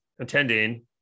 attending